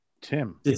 Tim